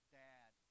dad